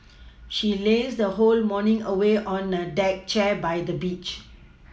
she lazed her whole morning away on a deck chair by the beach